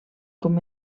com